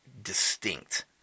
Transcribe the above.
distinct